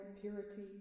purity